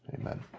amen